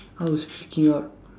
I was freaking out